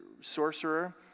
sorcerer